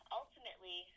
ultimately